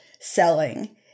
selling